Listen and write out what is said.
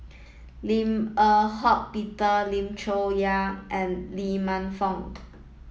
Lim Eng Hock Peter Lim Chong Yah and Lee Man Fong